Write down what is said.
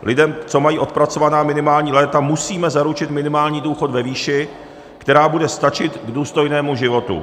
Lidem, co mají odpracovaná minimální léta, musíme zaručit minimální důchod ve výši, která bude stačit k důstojnému životu.